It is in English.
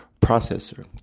processor